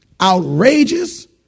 outrageous